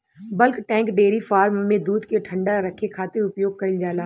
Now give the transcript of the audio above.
bulk tank dairy farm में दूध के ठंडा रखे खातिर उपयोग कईल जाला